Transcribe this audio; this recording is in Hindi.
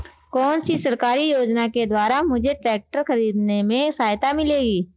कौनसी सरकारी योजना के द्वारा मुझे ट्रैक्टर खरीदने में सहायता मिलेगी?